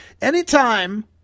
anytime